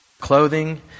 clothing